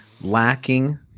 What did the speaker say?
lacking